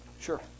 Sure